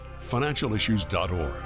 Financialissues.org